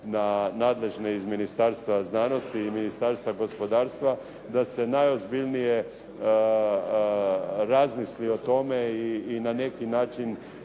na nadležne iz Ministarstva znanosti i Ministarstva gospodarstva da se najozbiljnije razmisli o tome i na neki način